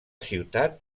ciutat